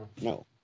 No